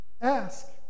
ask